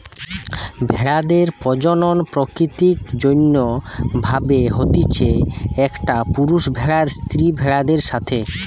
ভেড়াদের প্রজনন প্রাকৃতিক যৌন্য ভাবে হতিছে, একটা পুরুষ ভেড়ার স্ত্রী ভেড়াদের সাথে